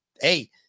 Hey